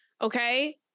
okay